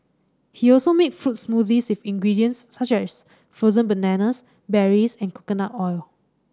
he also make fruit smoothies with ingredients such as frozen bananas berries and coconut oil